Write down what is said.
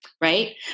right